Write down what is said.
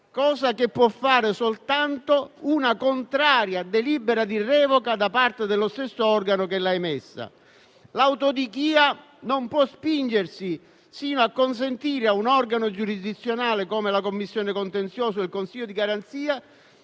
cosa che può fare soltanto una contraria delibera di revoca da parte dello stesso organo che l'ha emessa. L'autodichia non può spingersi sino a consentire a un organo giurisdizionale come la Commissione contenziosa o il Consiglio di garanzia